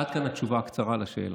עד כאן התשובה הקצרה לשאלה.